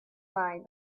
mind